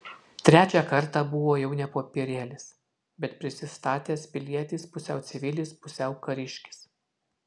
trečią kartą buvo jau ne popierėlis bet prisistatęs pilietis pusiau civilis pusiau kariškis